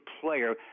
player